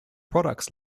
products